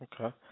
Okay